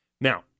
Now